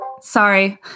Sorry